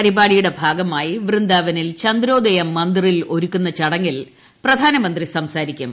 പരിപാടിയുടെ ഭാഗമായി വൃന്ദാവനിൽ ച്ന്ദ്രോദയ മന്ദിറിൽ ഒരുക്കുന്ന ചടങ്ങിൽ പ്രധാനമന്ത്രി സംസാരിക്കും